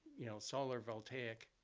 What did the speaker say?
you know, solar voltaic.